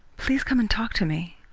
please come and talk to me.